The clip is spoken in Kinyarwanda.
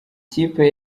kipe